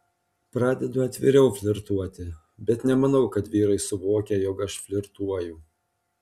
pradedu atviriau flirtuoti bet nemanau kad vyrai suvokia jog aš flirtuoju